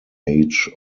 age